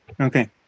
Okay